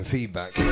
feedback